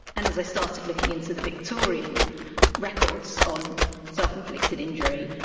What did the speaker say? and as i started looking into the victorian records on self-inflicted injury,